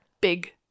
Big